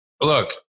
Look